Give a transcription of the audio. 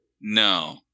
No